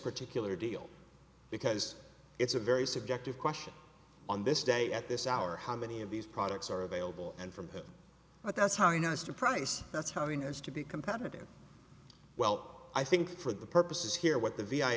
particular deal because it's a very subjective question on this day at this hour how many of these products are available and from whom but that's harnessed a price that's having as to be competitive well i think for the purposes here what the v i